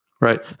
Right